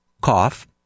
cough